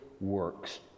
works